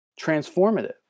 transformative